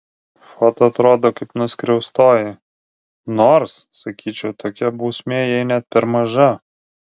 foto atrodo kaip nuskriaustoji nors sakyčiau tokia bausmė jai net per maža